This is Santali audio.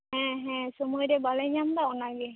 ᱦᱮᱸ ᱦᱮᱸ ᱥᱳᱢᱚᱭ ᱨᱮ ᱵᱟᱞᱮ ᱧᱟᱢ ᱮᱫᱟ ᱚᱱᱟᱜᱮ